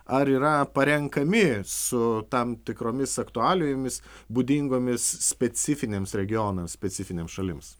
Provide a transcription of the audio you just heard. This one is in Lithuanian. ar yra parenkami su tam tikromis aktualijomis būdingomis specifiniams regionams specifinėms šalims